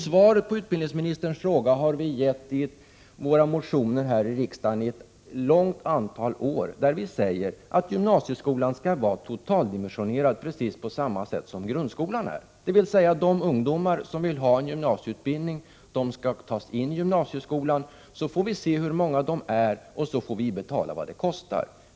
Svaret på utbildningsministerns fråga har vi gett i våra motioner under ett stort antal år här i riksdagen, där vi sagt att gymnasieskolan skall vara totaldimensionerad precis på samma sätt som grundskolan är, dvs. att de ungdomar som vill ha en gymnasieutbildning skall tas in i gymnasieskolan. Så får vi se hur många de är, och så får vi betala vad det kostar.